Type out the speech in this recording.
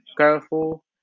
careful